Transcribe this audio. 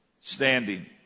standing